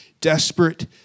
desperate